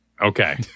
Okay